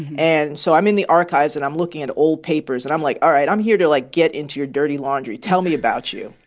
and so i'm in the archives, and i'm looking at old papers. and i'm like, all right, i'm here to, like, get into your dirty laundry. tell me about you.